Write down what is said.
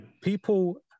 people